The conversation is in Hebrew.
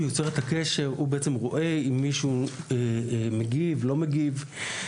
יוצר את הקשר ובודק האם מישהו מגיב או לא מגיב.